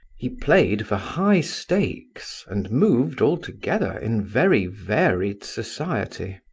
he played for high stakes, and moved, altogether, in very varied society.